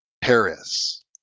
Paris